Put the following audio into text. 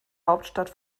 hauptstadt